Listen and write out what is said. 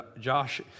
Josh